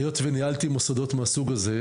היות וניהלתי מוסדות מהסוג הזה,